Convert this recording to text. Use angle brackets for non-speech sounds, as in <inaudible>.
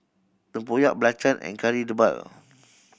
tempoyak <unintelligible> and Kari Debal